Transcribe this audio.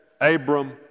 Abram